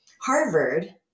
Harvard